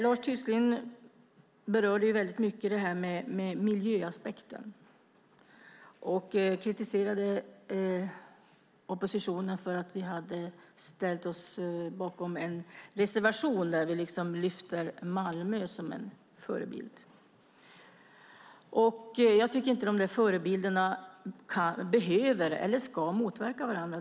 Lars Tysklind talade mycket om miljöaspekten och kritiserade oppositionen för att vi har ställt oss bakom en reservation där vi lyfter fram Malmö som en förebild. Jag tycker inte att förebilderna ska motverka varandra.